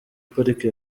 pariki